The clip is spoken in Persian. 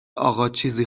آقاچیزی